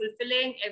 fulfilling